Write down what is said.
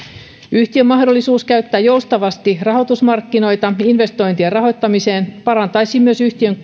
yhtiön mahdollisuus käyttää joustavasti rahoitusmarkkinoita investointien rahoittamiseen parantaisi myös yhtiön